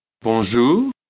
Bonjour